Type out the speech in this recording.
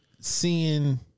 seeing